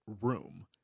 room